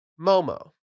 Momo